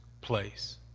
place